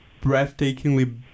breathtakingly